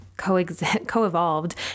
co-evolved